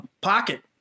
pocket